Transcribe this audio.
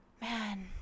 man